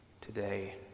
Today